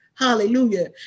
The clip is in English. Hallelujah